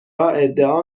ادعا